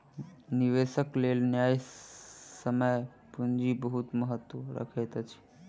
निवेशकक लेल न्यायसम्य पूंजी बहुत महत्त्व रखैत अछि